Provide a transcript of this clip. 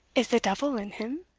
is the devil in him,